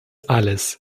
alles